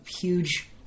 huge